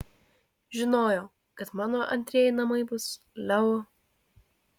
žinojau kad mano antrieji namai bus leu